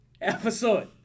episode